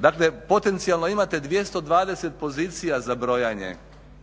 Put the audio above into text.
Dakle potencijalno imate 220 pozicija za brojanje,